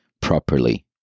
properly